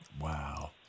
Wow